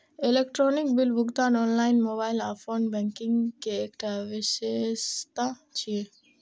electronic bill भुगतान online, mobile आ phone banking के एकटा विशेषता छियै